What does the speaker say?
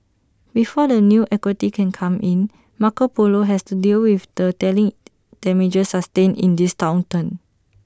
before the new equity can come in Marco Polo has to deal with the telling damages sustained in this downturn